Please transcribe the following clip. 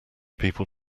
people